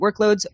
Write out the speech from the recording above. workloads